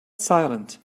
silent